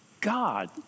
God